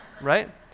right